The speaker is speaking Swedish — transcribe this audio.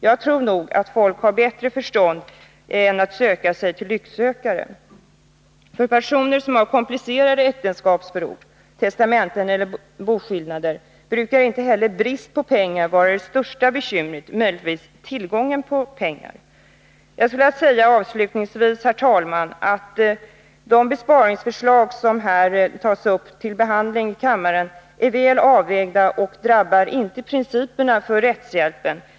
Jag tror nog att folk har bättre förstånd än att söka sig till lycksökare. När det är fråga om komplicerade äktenskapsförord, testamenten eller boskillnader brukar inte heller bristen på pengar vara det största bekymret — möjligtvis tillgången på pengar. Jag skulle alltså, herr talman, vilja säga att de besparingsförslag som här tagits upp till behandling är väl avvägda och inte drabbar principerna för rättshjälpen.